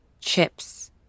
chips